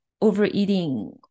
overeating